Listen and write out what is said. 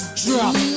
drop